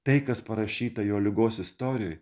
tai kas parašyta jo ligos istorijoje